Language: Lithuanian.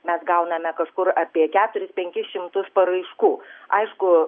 mes gauname kažkur apie keturis penkis šimtus paraiškų aišku